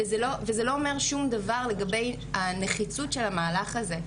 וזה לא אומר שום דבר לגבי הנחיצות של המהלך הזה.